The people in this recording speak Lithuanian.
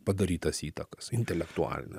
padarytas įtakas intelektualinę